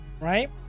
Right